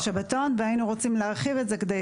יום שבתון והיינו רוצים להרחיב את זה כדי